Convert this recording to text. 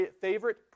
favorite